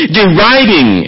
deriding